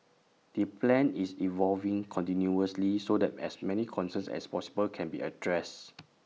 the plan is evolving continuously so that as many concerns as possible can be addressed